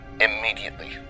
immediately